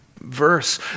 verse